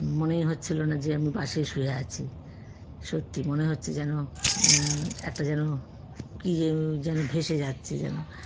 মনেই হচ্ছিল না যে আমি বাসে শুয়ে আছি সত্যি মনে হচ্ছে যেন একটা যেন কী যে যেন ভেসে যাচ্ছে যেন